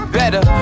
better